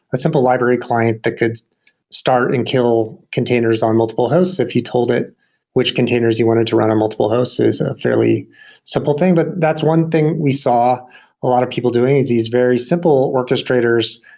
a simple library client that could start and kill containers on multiple hosts if you told it which containers you wanted to run a multiple host is a fairly simple thing but that's one thing we saw a lot of people doing is these very simple orchestrators,